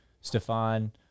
Stefan